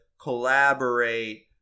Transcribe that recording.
collaborate